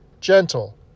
gentle